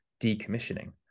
decommissioning